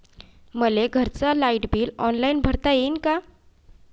मले घरचं light bill online भरता येईन का?